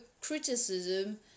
criticism